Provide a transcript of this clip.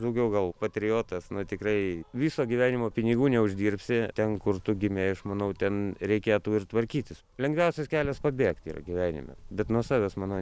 daugiau gal patriotas na tikrai viso gyvenimo pinigų neuždirbsi ten kur tu gimei aš manau ten reikėtų ir tvarkytis lengviausias kelias pabėgti yra gyvenime bet nuo savęs manai